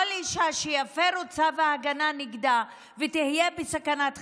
כל אישה שיפרו את צו ההגנה נגדה והיא תהיה בסכנת חיים,